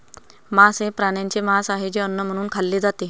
मांस हे प्राण्यांचे मांस आहे जे अन्न म्हणून खाल्ले जाते